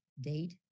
date